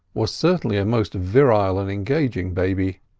was certainly a most virile and engaging baby.